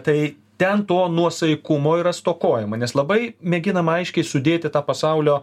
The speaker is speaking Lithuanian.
tai ten to nuosaikumo yra stokojama nes labai mėginama aiškiai sudėti tą pasaulio